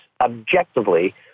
objectively